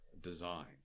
design